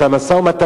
את המשא-ומתן,